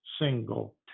single